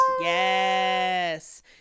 yes